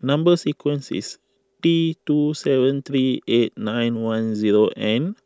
Number Sequence is T two seven three eight nine one zero N